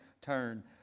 turn